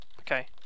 Okay